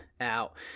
out